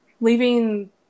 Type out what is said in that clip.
leaving